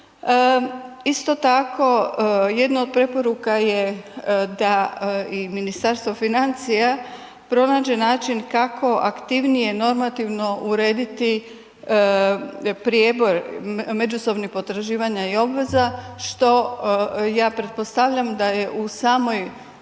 Isto tako jedna od preporuka je da i Ministarstvo financija pronađe način kako aktivnije normativno urediti prijeboj međusobnih potraživanja i obveza, što ja pretpostavljam da je u samoj